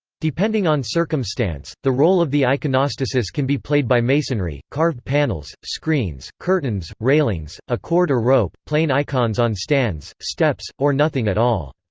depending on circumstance, the role of the iconostasis can be played by masonry, carved panels, screens, curtains, railings, a cord or rope, plain icons on stands, steps, or nothing at all.